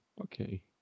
Okay